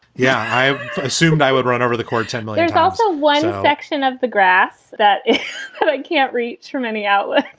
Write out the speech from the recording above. yeah, i assumed i would run over the cord. ten million copies and of so one section of the grass that i can't read from any outlet.